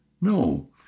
No